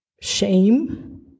shame